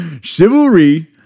Chivalry